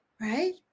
right